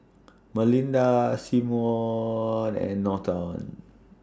Malinda Symone and Norton